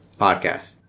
podcast